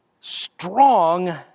strong